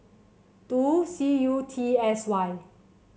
two C U T S Y